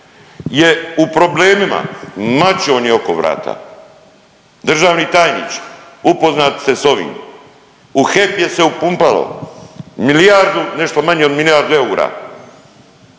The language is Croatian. je u problemima, mač joj je oko vrata. Državni tajniče, upoznati ste s ovim, u HEP je se upumpalo milijardu, nešto manje od milijardu eura